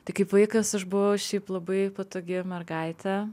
tai kaip vaikas aš buvau šiaip labai patogi mergaitė